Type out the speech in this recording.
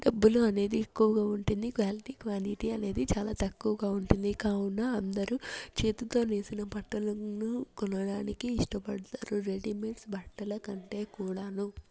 డబ్బులు అనేది ఎక్కువుగా ఉంటుంది క్వాలిటీ క్వాంటిటీ అనేది చాలా తక్కువుగా ఉంటుంది కావునా అందరూ చేతితో నేసిన బట్టలను కొనడానికి ఇష్టపడతారు రెడీమేడ్ బట్టలకంటే కూడాను